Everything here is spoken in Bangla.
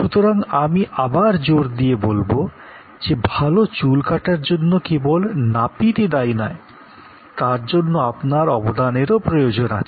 সুতরাং আমি আবার জোর দিয়ে বলব যে ভাল চুল কাটার জন্য কেবল নাপিত দায়ী না তার জন্য আপনার অবদানেরও প্রয়োজন আছে